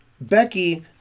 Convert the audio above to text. Becky